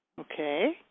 Okay